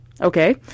Okay